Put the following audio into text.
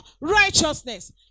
righteousness